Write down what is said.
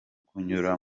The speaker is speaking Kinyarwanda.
kunyura